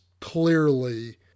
clearly